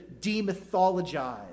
demythologize